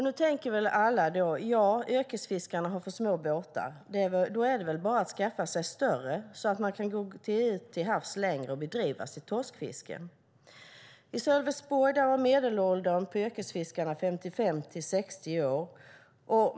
Nu tänker väl alla att om yrkesfiskarna har för små båtar är det väl bara för dem att skaffa sig större båtar så att de kan gå längre ut till havs och bedriva sitt torskfiske. I Sölvesborg är medelåldern bland yrkesfiskarna 55-64 år.